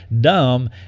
dumb